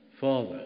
Father